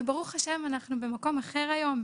ברוך השם אנחנו במקום אחר היום.